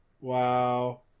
Wow